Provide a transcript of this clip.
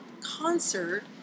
concert